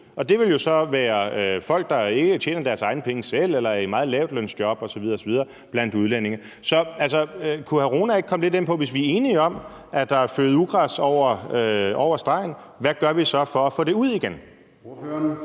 ud. Det vil jo så være folk, der ikke tjener deres egne penge selv eller er i meget lavtlønnede job osv. osv., blandt udlændingene. Så kunne hr. Mohammad Rona ikke komme lidt ind på – hvis vi er enige om, at der er føget ugræs over hegnet – hvad vi så gør for at få det ud igen?